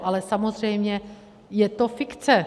Ale samozřejmě je to fikce.